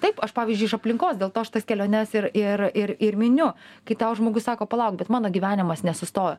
taip aš pavyzdžiui iš aplinkos dėl to aš tas keliones ir ir ir ir miniu kai tau žmogus sako palauk bet mano gyvenimas nesustojo